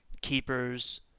keepers